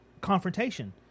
confrontation